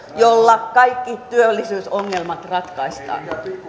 jolla kaikki työllisyysongelmat ratkaistaan